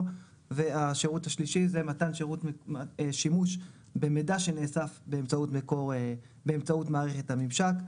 והשירות השלישי זה מתן שימוש במידע שנאסף האמצעות מערכת הממשק.